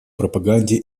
пропаганде